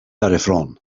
härifrån